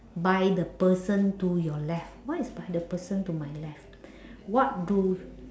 by the person to your left what is by the person to my left what do